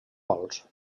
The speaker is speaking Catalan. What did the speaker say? gols